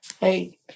hey